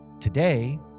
Today